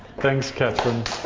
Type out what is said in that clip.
thanks catherine.